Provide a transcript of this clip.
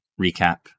recap